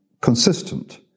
consistent